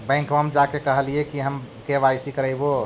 बैंकवा मे जा के कहलिऐ कि हम के.वाई.सी करईवो?